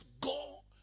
Go